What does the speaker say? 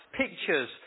pictures